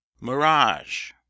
MIRAGE